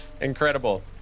Incredible